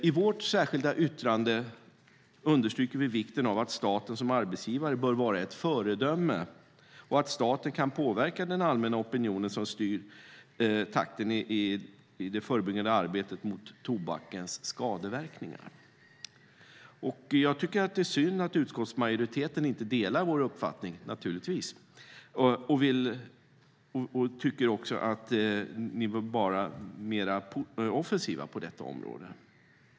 I vårt särskilda yttrande understryker vi vikten av att staten som arbetsgivare bör vara ett föredöme och att staten kan påverka den allmänna opinion som styr takten i det förebyggande arbetet mot tobakens skadeverkningar. Jag tycker naturligtvis att det är synd att utskottsmajoriteten inte delar vår uppfattning och tycker också att ni bör vara mer offensiva på detta område.